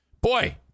Boy